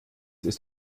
ist